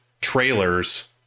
trailers